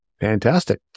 Fantastic